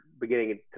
beginning